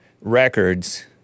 Records